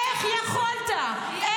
היא עדת תביעה.